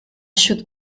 should